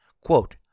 Quote